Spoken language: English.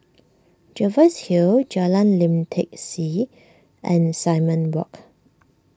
Jervois Hill Jalan Lim Tai See and Simon Walk